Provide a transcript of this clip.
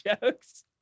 jokes